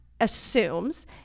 assumes